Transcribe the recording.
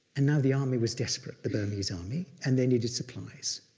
and now the army was desperate, the burmese army, and they needed supplies.